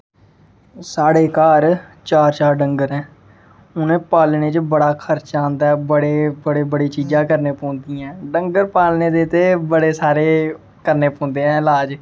साढ़े घर चार चार डंगर ऐं उ'नें पालनें च बड़ा खर्चा आंदा ऐ बड़े बड़ी बड़ी चीज़ां करनी पौंदियां ऐं डंगर पालने दे ते बड़े सारे करने पौंदे ऐ इलाज़